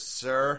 sir